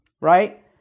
Right